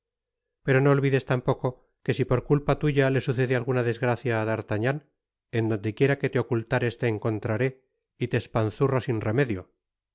pero no olvides tampoco que si por culpa tuya le sucede alguna desgracia á d'artagnan en donde quiera que te ocultares te encontraré y te espanzurro sin remedio